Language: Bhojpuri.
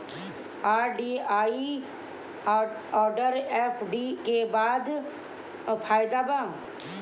आर.डी आउर एफ.डी के का फायदा बा?